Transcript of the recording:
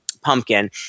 pumpkin